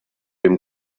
dem